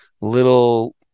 little